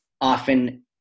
often